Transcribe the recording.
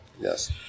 Yes